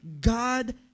God